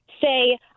say